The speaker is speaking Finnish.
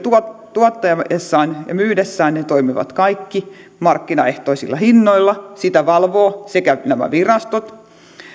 tuottaessaan ja myydessään ne toimivat kaikki markkinaehtoisilla hinnoilla sitä valvovat sekä nämä virastot että